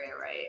right